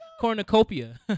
cornucopia